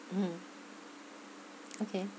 mm okay